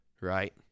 right